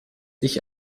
ich